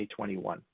2021